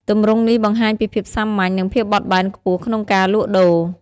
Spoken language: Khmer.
ទម្រង់នេះបង្ហាញពីភាពសាមញ្ញ និងភាពបត់បែនខ្ពស់ក្នុងការលក់ដូរ។